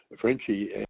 Frenchie